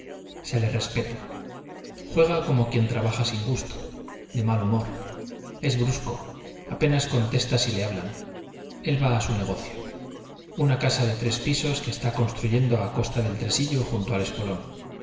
se le respeta juega como quien trabaja sin gusto de mal humor es brusco apenas contesta si le hablan él va a su negocio una casa de tres pisos que está construyendo a costa del tresillo junto al espolón